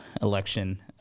election